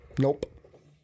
Nope